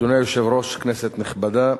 אדוני היושב-ראש, כנסת נכבדה,